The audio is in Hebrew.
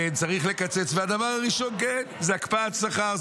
כן, צריך לקצץ, והדבר הראשון, כן, הוא הקפאת שכר.